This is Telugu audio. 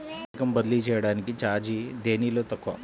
పైకం బదిలీ చెయ్యటానికి చార్జీ దేనిలో తక్కువ?